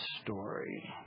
story